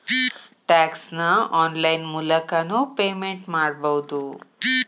tax ನ online ಮೂಲಕನೂ payment ಮಾಡಬೌದು